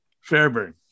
Fairburn